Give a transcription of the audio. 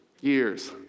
years